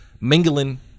mingling